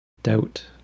doubt